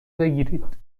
بگیرید